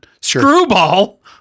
Screwball